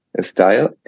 style